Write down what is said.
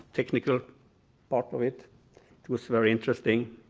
technical operate. it was very interesting.